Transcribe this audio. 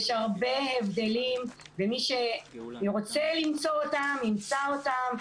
יש הרבה הבדלים ומי שרוצה למצוא אותם ימצא אותם,